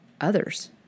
others